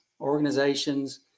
organizations